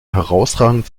herausragend